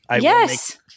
yes